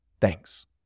Thanks